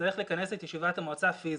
צריך לכנס את ישיבת המועצה פיזית.